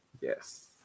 Yes